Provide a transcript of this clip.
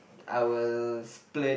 I will split